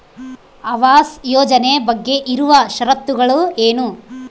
ಆವಾಸ್ ಯೋಜನೆ ಬಗ್ಗೆ ಇರುವ ಶರತ್ತುಗಳು ಏನು?